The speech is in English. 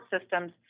systems